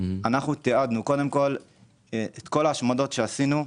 תיעדנו קודם כל את כל ההשמדות שעשינו.